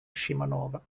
scimanova